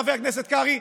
חבר הכנסת קרעי,